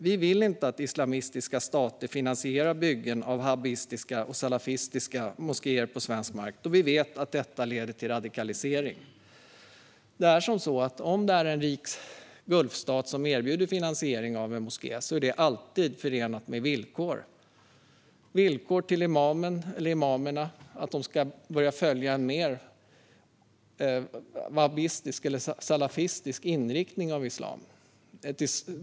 Vi vill inte att islamistiska stater finansierar byggen av wahhabistiska och salafistiska moskéer på svensk mark, då vi vet att detta leder till radikalisering. Om en rik gulfstat erbjuder finansiering av en moské är det alltid förenat med villkor om att imamen eller imamerna ska börja följa en mer wahhabistisk eller salafistisk inriktning av islam.